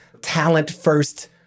talent-first